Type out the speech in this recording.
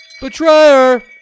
Betrayer